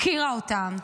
הפקירה אותם,